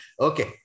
Okay